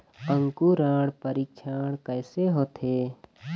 अंकुरण परीक्षण कैसे होथे?